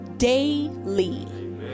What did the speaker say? daily